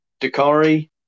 Dakari